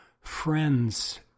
friend's